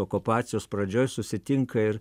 okupacijos pradžioj susitinka ir